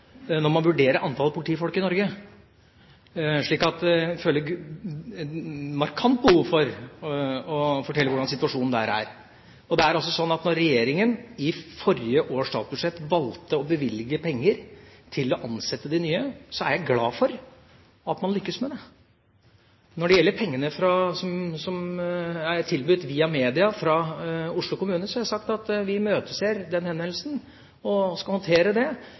når man vurderer antallet politifolk i Norge. Så jeg føler et markant behov for å fortelle hvordan situasjonen der er. Når regjeringa i forrige års statsbudsjett valgte å bevilge penger til å ansette de nye, er jeg glad for at man lyktes med det. Når det gjelder pengene som er tilbudt – via media – fra Oslo kommune, har jeg sagt at vi imøteser den henvendelsen og skal håndtere det.